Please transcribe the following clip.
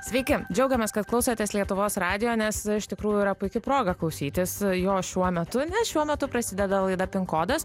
sveiki džiaugiamės kad klausotės lietuvos radijo nes iš tikrųjų yra puiki proga klausytis jo šiuo metu nes šiuo metu prasideda laida pin kodas